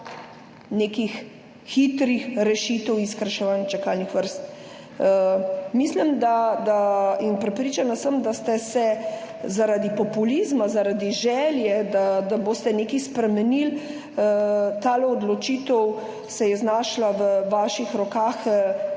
nekih hitrih rešitev, skrajševanja čakalnih vrst. Mislim in prepričana sem, da ste se zaradi populizma, zaradi želje, da boste nekaj spremenili, ta odločitev se je znašla v vaših rokah,